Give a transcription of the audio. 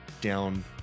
down